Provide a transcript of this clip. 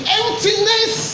emptiness